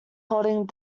holding